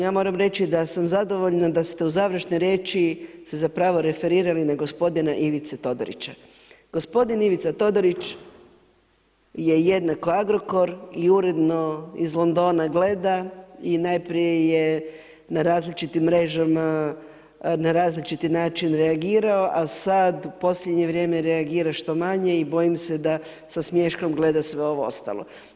Ja moram reći da sam zadovoljna da ste u završnoj riječi se zapravo referirali na gospodin Ivica Todorić je jednako Agrokor i uredno iz Londona gleda i najprije je na različitim mrežama na različiti način reagirao a sad posljednje vrijeme reagira što manje i bojim da sa smiješkom gleda sve ovo ostalo.